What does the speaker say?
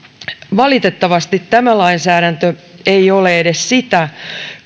valitettavasti tämä lainsäädäntö ei ole edes sitä